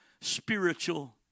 spiritual